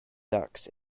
dux